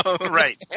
Right